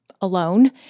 alone